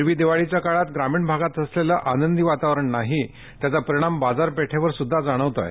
एरवी दिवाळीच्या काळात ग्रामीण भागात असलेले आनंदी वातावरण नाही त्याचा परिणाम बाजारपेठेवर सुद्धा जाणवत आहे